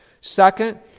Second